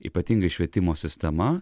ypatingai švietimo sistema